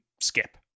skip